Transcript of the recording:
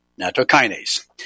natokinase